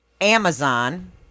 Amazon